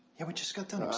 yeah we just got done.